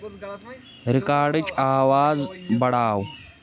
رِکاڈٕچ آواز بڑاو